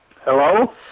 Hello